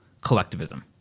collectivism